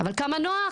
אבל נוח